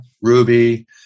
Ruby